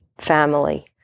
family